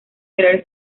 querer